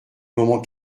moment